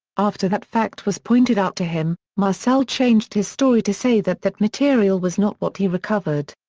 after that fact was pointed out to him, marcel changed his story to say that that material was not what he recovered.